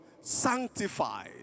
Sanctify